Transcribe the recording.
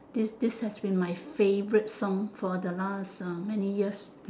this this has been my favourite song for the last uh many years